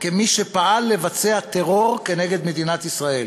כמי שפעל לבצע טרור כנגד מדינת ישראל.